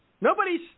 Nobody's